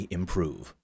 improve